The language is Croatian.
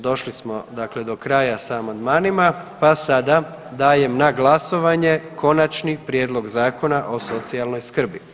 Došli smo dakle do kraja sa amandmanima, pa sada dajem na glasovanje Konačni prijedlog Zakona o socijalnoj skrbi.